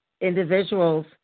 individuals